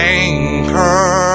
anchor